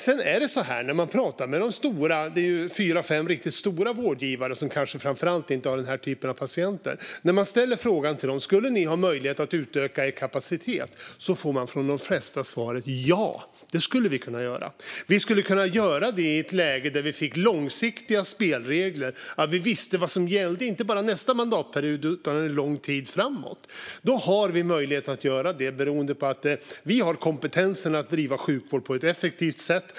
Man kan tala med de fyra fem riktigt stora vårdgivare, som framför allt inte har den här typen av patienter, och ställa frågan till dem: Skulle ni ha möjlighet att utöka er kapacitet? Då får man från de flesta svaret: Ja, det skulle vi kunna göra. Vi skulle kunna göra det i ett läge där vi fick långsiktiga spelregler så att vi visste vad som gällde inte bara nästa mandatperiod utan en lång tid framåt. Då har vi möjlighet att göra det beroende på att vi har kompetensen att bedriva sjukvård på ett effektivt sätt.